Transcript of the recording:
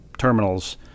terminals